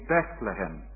Bethlehem